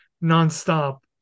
non-stop